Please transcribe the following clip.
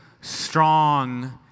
strong